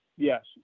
Yes